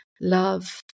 love